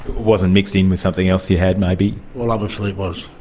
wasn't mixed in with something else you had maybe? well, obviously it was.